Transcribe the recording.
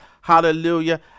hallelujah